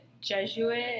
Jesuit